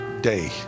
day